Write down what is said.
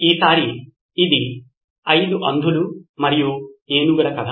ఈసారి ఇది 5 అంధులు మరియు ఏనుగుల కథ